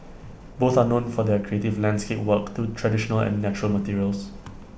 both are known for their creative landscape work through traditional and natural materials